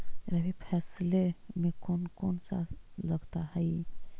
रबी फैसले मे कोन कोन सा लगता हाइय?